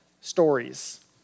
stories